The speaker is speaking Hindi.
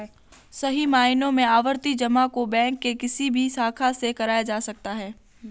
सही मायनों में आवर्ती जमा को बैंक के किसी भी शाखा से कराया जा सकता है